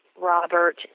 Robert